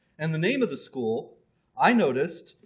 and the name of the school i noticed,